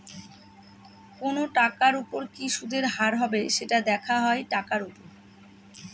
কোনো টাকার উপর কি সুদের হার হবে, সেটা দেখা হয় টাকার উপর